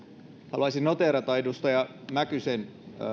haluaisin noteerata edustaja mäkysen